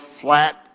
flat